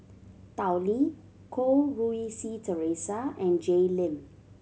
Tao Li Goh Rui Si Theresa and Jay Lim